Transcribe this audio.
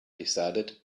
decided